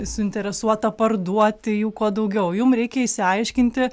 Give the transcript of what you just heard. suinteresuota parduoti jų kuo daugiau jum reikia išsiaiškinti